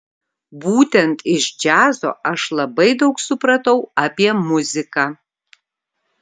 būtent iš džiazo aš labai daug supratau apie muziką